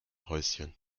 häuschen